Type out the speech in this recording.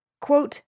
Quote